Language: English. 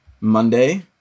Monday